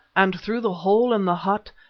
and through the hole in the hut,